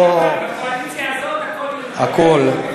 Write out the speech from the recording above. בקואליציה הזאת הכול, הכול.